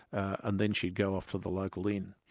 and then she'd go off to the local inn.